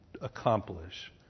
accomplish